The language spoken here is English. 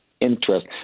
Interest